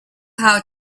how